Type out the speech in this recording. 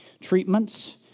treatments